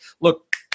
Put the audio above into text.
look